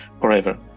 forever